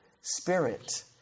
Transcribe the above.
spirit